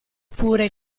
pure